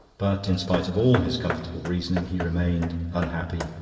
but, in spite of all his comfortable reasoning, he remained unhappy,